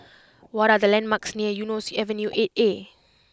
what are the landmarks near Eunos Avenue Eight A